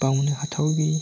बावनो हाथावि